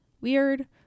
weird